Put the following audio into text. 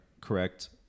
correct